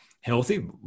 healthy